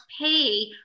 pay